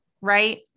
right